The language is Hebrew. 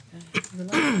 בבקשה.